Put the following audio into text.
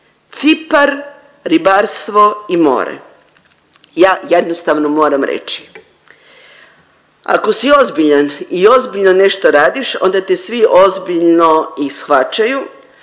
Cipar ribarstvo i more. Ja jednostavno moram reći, ako si ozbiljan i ozbiljno nešto radiš onda te svi ozbiljno i shvaćaju